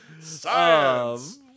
Science